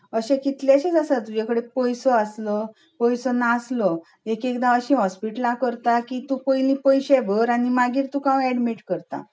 अशें कितलेशेच आसात तुजे कडेन पयसो आसलो पयसो नासलो एक एकदां अशें हॉस्पिटलां करता की तूं पयली पयशे भर मागीर तुका हांव एडमीट करतां